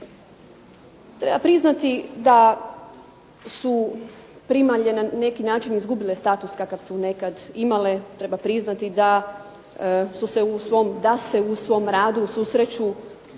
Treba priznati da su primalje na neki način izgubile status kakav su nekad imale, treba priznati da se u svom radu susreću